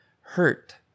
hurt